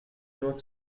nur